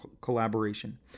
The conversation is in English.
collaboration